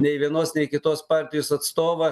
nei vienos nei kitos partijos atstovą